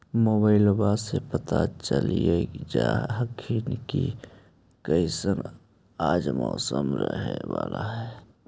मोबाईलबा से पता चलिये जा हखिन की कैसन आज मौसम रहे बाला है?